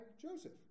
Joseph